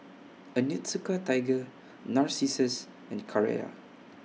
Onitsuka Tiger Narcissus and Carrera